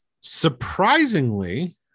Surprisingly